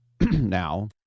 now